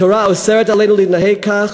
התורה אוסרת עלינו להתנהג כך,